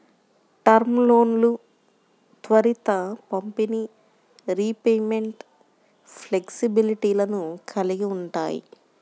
term లోన్లు త్వరిత పంపిణీ, రీపేమెంట్ ఫ్లెక్సిబిలిటీలను కలిగి ఉంటాయి